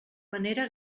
manera